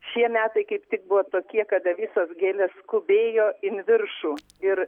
šie metai kaip tik buvo tokie kada visos gėlės skubėjo in viršų ir